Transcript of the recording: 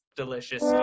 delicious